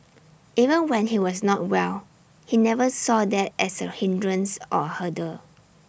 even when he was not well he never saw A that as A hindrance or A hurdle